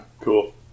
Cool